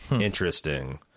Interesting